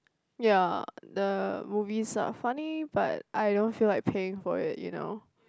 ya the movies are funny but I don't feel like paying for it you know